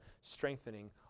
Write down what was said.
strengthening